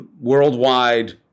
worldwide